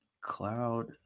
Cloud